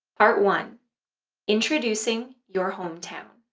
part one introducing your hometown.